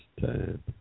time